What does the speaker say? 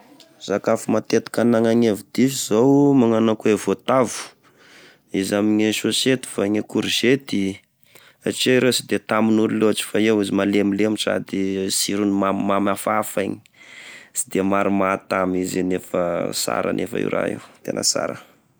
Sakafo matetika anagna hevi-diso zao: magnano ako gne voatavo, izy ame sôsety, fa gne e korizety satria ireo sy de tamin'olo lôtry, fa eo izy malemilemy sady sirony mamimamy afaafa iny sy de maro mahatamy izy io nefa sara anefa io raha io, tena sara.